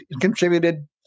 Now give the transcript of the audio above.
contributed